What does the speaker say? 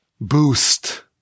boost